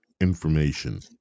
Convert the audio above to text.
information